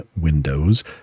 Windows